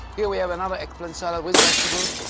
here we have another eggplant salad with vegetables.